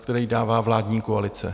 Který dává vládní koalice.